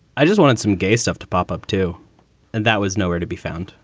i just wanted some gay stuff to pop up, too, and that was nowhere to be found.